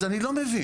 אז אני לא מבין.